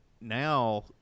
now